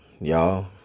y'all